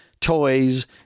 toys